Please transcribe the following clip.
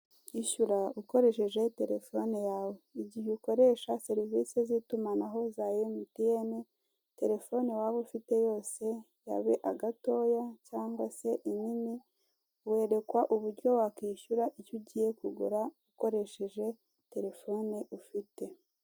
Ishyura ukoresheje terefone yawe. Igihe ukoresha serivisi z'itumanaho za Emutiyeni, terefone waba ufte yose yaba agatoya cyangwa se inini; werekwa uburyo wakishyura icyo ugiye kugura ukoresheje terefone ufite.